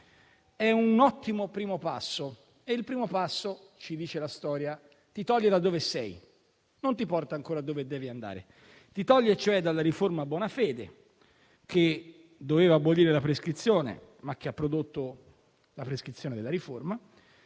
è un ottimo primo passo. Come ci dice la storia, il primo passo ti toglie da dove sei, non ti porta ancora dove devi arrivare: ci toglie cioè dalla riforma Bonafede, che doveva abolire la prescrizione, ma che ha prodotto la prescrizione della riforma,